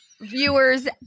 viewers